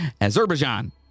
Azerbaijan